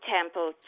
Temple